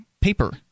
paper